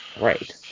Right